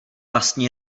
vlastně